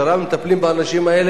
מטפלים באנשים האלה,